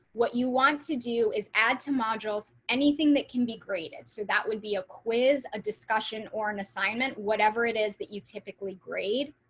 what you want to do is add two modules, anything that can be graded. so that would be a quiz a discussion or an assignment, whatever it is that you typically grade.